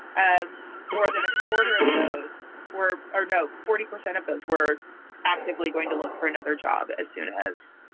ah more than a quarter of those four are no. forty percent of those were actively going to look for another job as soon as.